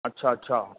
अच्छा अच्छा